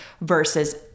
versus